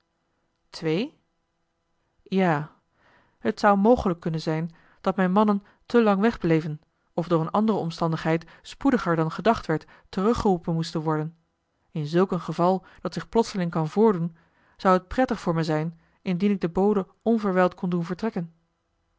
twee ja het zou mogelijk kunnen zijn dat mijn mannen te lang wegbleven of door een andere omstandigheid spoediger dan gedacht werd teruggeroepen moesten worden in zulk een geval dat zich plotseling kan voordoen zou het prettig voor me zijn indien ik den bode onverwijld kon doen vertrekken